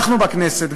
אנחנו בכנסת,